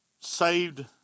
saved